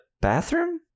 bathroom